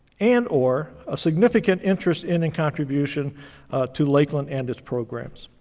and or a significant interest in and contribution to lakeland and its programs.